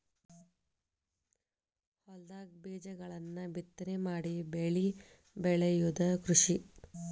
ಹೊಲದಾಗ ಬೇಜಗಳನ್ನ ಬಿತ್ತನೆ ಮಾಡಿ ಬೆಳಿ ಬೆಳಿಯುದ ಕೃಷಿ